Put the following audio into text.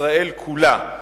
ישראל כולה.